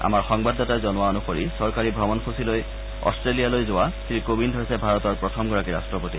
আমাৰ সংবাদদাতাই জনোৱা অনুসৰি চৰকাৰী ভ্ৰমণসূচী লৈ অট্টেলিয়ালৈ যোৱা শ্ৰীকোবিন্দ হৈছে ভাৰতৰ প্ৰথমগৰাকী ৰাট্টপতি